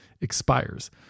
expires